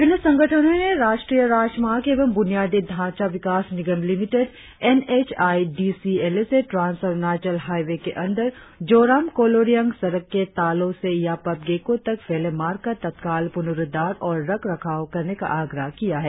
विभिन्न संगठनों ने राष्ट्रीय राजमार्ग एवं बुनियादी ढ़ांचा विकास निगम limited N H I D C L से ट्रांस अरुणाचल हाइवे के अंदर जोरम कोलोरियांग सड़क के तालो से यापप गेको तक फैले मार्ग का तत्काल पुनुरुद्धार और रखरखाव करने का आग्रह किया है